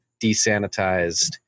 desanitized